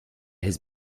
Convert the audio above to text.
his